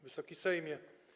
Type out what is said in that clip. Wysoki Sejmie!